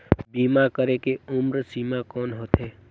बीमा करे के उम्र सीमा कौन होथे?